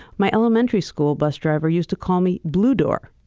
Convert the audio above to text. my elementary school bus driver used to call me blue door.